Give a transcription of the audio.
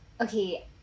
okay